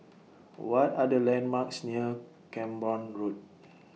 What Are The landmarks near Camborne Road